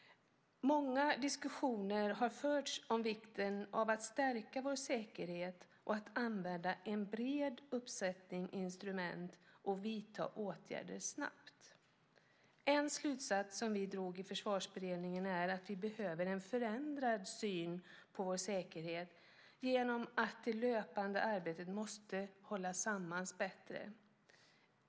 Många diskussioner har förts om vikten av att stärka vår säkerhet, att använda en bred uppsättning instrument och att vidta åtgärder snabbt. En slutsats som vi drog i Försvarsberedningen är att vi behöver en förändrad syn på vår säkerhet genom att det löpande arbetet måste hållas samman bättre.